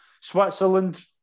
Switzerland